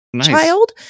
child